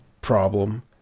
problem